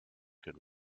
could